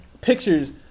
pictures